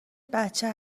بچه